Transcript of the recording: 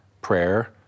prayer